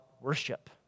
worship